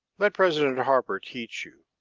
let president harper teach you.